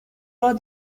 raw